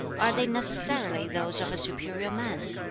are they necessarily those of a superior man?